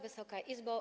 Wysoka Izbo!